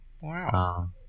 wow